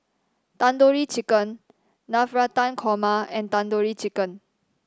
Tandoori Chicken Navratan Korma and Tandoori Chicken